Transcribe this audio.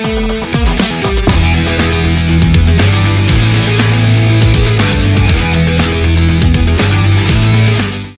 he